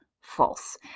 false